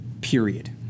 period